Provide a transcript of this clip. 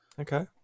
Okay